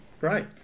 Great